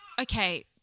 okay